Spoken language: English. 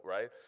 right